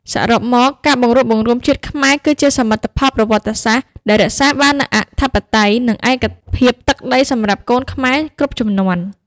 សរុបមក ការបង្រួបបង្រួមជាតិខ្មែរគឺជាសមិទ្ធផលប្រវត្តិសាស្ត្រដែលរក្សាបាននូវអធិបតេយ្យ និងឯកភាពទឹកដីសម្រាប់កូនខ្មែរគ្រប់ជំនាន់។